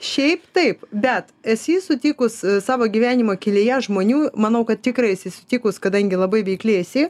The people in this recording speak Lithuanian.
šiaip taip bet esi sutikus savo gyvenimo kelyje žmonių manau kad tikrai esi sutikus kadangi labai veikli esi